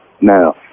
now